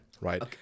right